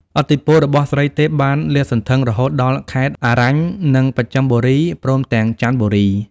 ឥទ្ធិពលរបស់ស្រីទេពបានលាតសន្ធឹងរហូតដល់ខេត្ត អរញ្ញ និង បស្ចឹមបូរីព្រមទាំង ច័ន្ទបូរី ។